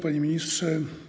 Panie Ministrze!